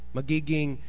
Magiging